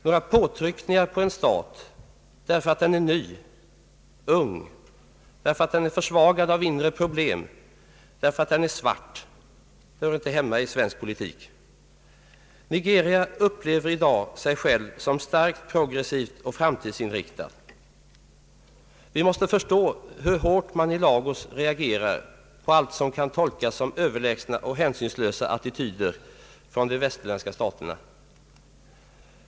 Några påtryckningar på en stat därför att den är ung, därför att den är försvagad av inre problem och därför att den är svart hör inte hemma i svensk politik. Nigeria upplever i dag sig självt som starkt progressivt och framtidsinriktat. Vi måste förstå hur starkt man i Lagos reagerar på allt som kan tolkas som överlägsna och hänsynslösa attityder från de västerländska staterna.